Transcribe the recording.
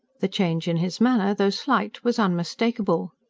the change in his manner though slight was unmistakable.